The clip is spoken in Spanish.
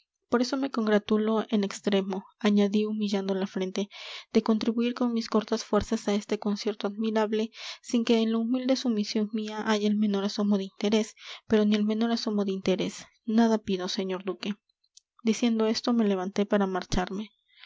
por eso me congratulo en extremo añadí humillando la frente de contribuir con mis cortas fuerzas a este concierto admirable sin que en la humilde sumisión mía haya el menor asomo de interés pero ni el menor asomo de interés nada pido señor duque diciendo esto me levanté para marcharme